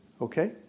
Okay